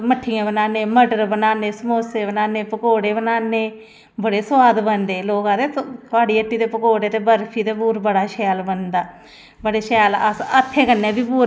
फिर आड़ती गी बी देनी आड़त मतलव असें ते ओह्दै चा सगों घरा पैसे पाने पौंदे न एह् हाल ऐ साढ़ी सब्जी दी इ'यै कड़म दा इयै हाल गोभी दा